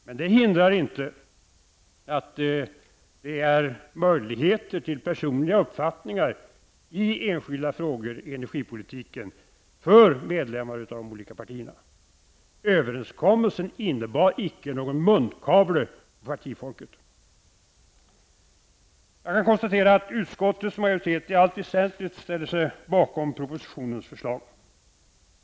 Men det hindrar inte att det finns möjligheter till personliga uppfattningar i enskilda frågor i energipolitiken för medlemmar i de olika partierna. Överenskommelsen innebar icke någon munkavel för partifolket. Jag kan konstatera att utskottsmajoriteten i allt väsentligt ställer sig bakom propositionens förslag.